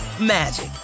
magic